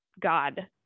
god